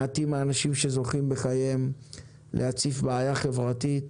מעטים האנשים שזוכים בחייהם להציף בעיה חברתית,